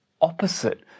opposite